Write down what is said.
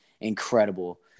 incredible